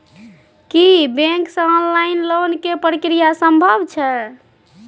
की bank से online loan के प्रक्रिया संभव छै?